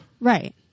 Right